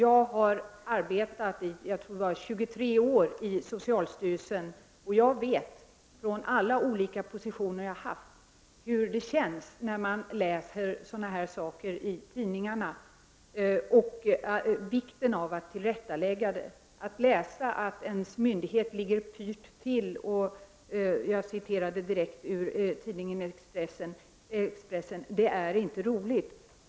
Herr talman! Jag har arbetat i 23 år i socialstyrelsen, och jag vet, från alla olika positioner jag har haft, hur det känns när man läser sådana här saker i tidningarna. Det är viktigt att tillrättalägga sådant. Att läsa att ens myndighet ”ligger pyrt till”, som stod att läsa i tidningen Expressen, är inte roligt.